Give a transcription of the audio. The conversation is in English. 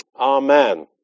Amen